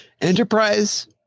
Enterprise